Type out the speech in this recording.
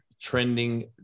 trending